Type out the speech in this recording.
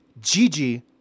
Gigi